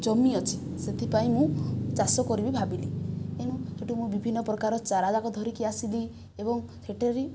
ଜମି ଅଛି ସେଥିପାଇଁ ମୁଁ ଚାଷ କରିବି ଭାବିଲି ତେଣୁ ସେଠୁ ମୁଁ ବିଭିନ୍ନ ପ୍ରକାର ଚାରା ଯାକ ଧରିକି ଆସିଲି ଏବଂ ସେଠାରେ